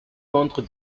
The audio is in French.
contre